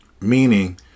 meaning